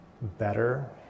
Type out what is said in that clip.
better